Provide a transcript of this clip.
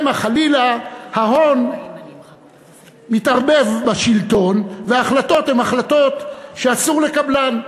שמא חלילה ההון מתערבב בשלטון וההחלטות הן החלטות שאסור לקבלן.